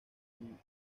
con